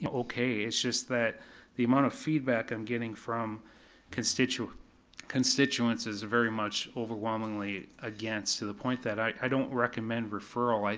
and okay, it's just that the amount of feedback i'm getting from constituents constituents is very much overwhelmingly against, to the point that i don't recommend referral,